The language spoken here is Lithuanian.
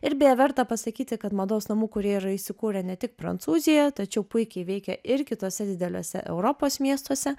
ir beje verta pasakyti kad mados namų kurie yra įsikūrę ne tik prancūzijoje tačiau puikiai veikia ir kituose dideliuose europos miestuose